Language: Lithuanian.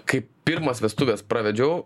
kaip pirmas vestuves pravedžiau